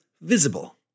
visible